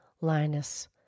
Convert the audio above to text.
Linus